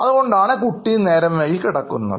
അതുകൊണ്ടാണ് കുട്ടിവൈകി കിടക്കുന്നത്